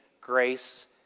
grace